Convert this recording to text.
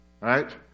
Right